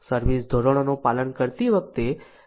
service ધોરણોનું પાલન કરતી વખતે કલાકો